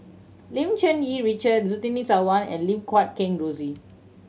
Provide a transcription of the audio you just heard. Lim Cherng Yih Richard Surtini Sarwan and Lim Guat Kheng Rosie